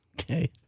Okay